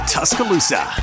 Tuscaloosa